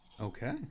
Okay